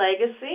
legacy